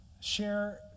share